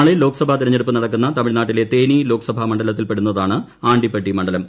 നാളെ ലോക്സഭാ തെരഞ്ഞെടുപ്പ് നടക്കുന്ന തമിഴ്നാട്ടിലെ തേനി ലോക്സഭാ മണ്ഡലത്തിൽപ്പെടുന്നതാണ് ആണ്ടിപ്പട്ടി മണ്ഡലം